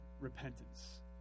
repentance